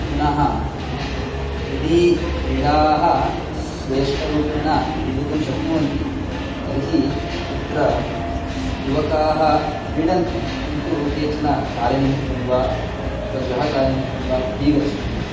पुनः यदि क्रीडाः स्वेष्टरूपेण क्रीडितुं शक्नुवन्ति तर्हि तत्र युवकाः क्रीडन्ति किन्तु केचन कार्यनिमित्तं वा स्वगृहकार्यनिमित्तं वा बहिः गच्छन्ति